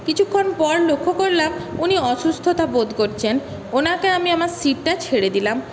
কিছুক্ষণ পর লক্ষ্য করলাম উনি অসুস্থতা বোধ করছেন ওঁকে আমি আমার সিটটা ছেড়ে দিলাম